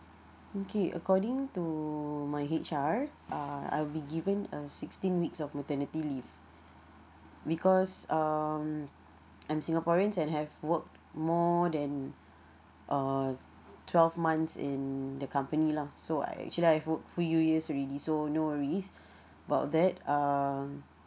okay according to my H_R uh I will be given a sixteen weeks of maternity leave because um I'm singaporeans and have work more than uh twelve months in the company lah so I actually I've work few year years already so no worries about that um